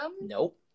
Nope